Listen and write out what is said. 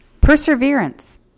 perseverance